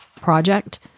project